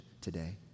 today